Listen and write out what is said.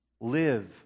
Live